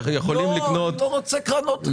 אני לא רוצה קרנות ריט.